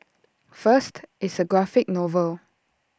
first it's A graphic novel